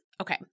Okay